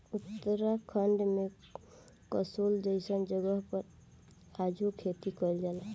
उत्तराखंड में कसोल जइसन जगह पर आजो खेती कइल जाला